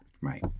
Right